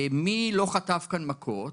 מי לא חטף כאן מכות?